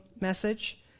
message